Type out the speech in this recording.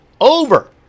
over